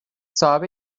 صاحب